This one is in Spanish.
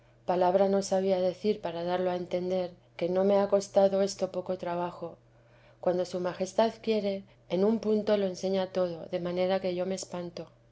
palabra no sabía decir para darlo a entender que no me ha costado esto poco trabajo cuando su majestad quiere en un punto lo enseña todo de manera que yo me espanto